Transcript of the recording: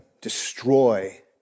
destroy